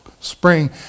spring